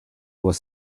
was